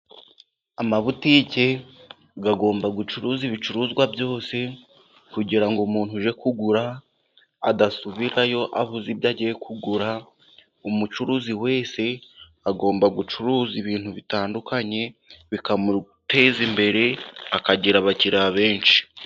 Amabutiki agomba gucuruza ibicuruzwa byose, kugira ngo umuntu uje kugura adasubirayo abuze ibyo agiye kugura, umucuruzi wese agomba gucuruza ibintu bitandukanye, bikamuteza imbere akagira abakiriya benshi.